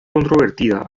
controvertida